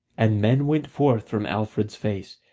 and men went forth from alfred's face,